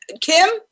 Kim